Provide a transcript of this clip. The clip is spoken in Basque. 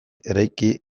eraiki